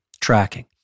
tracking